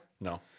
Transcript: No